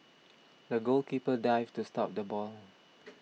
the goalkeeper dived to stop the ball